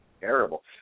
terrible